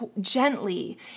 gently